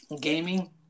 gaming